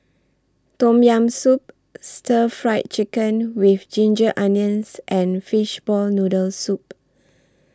Tom Yam Soup Stir Fried Chicken with Ginger Onions and Fishball Noodle Soup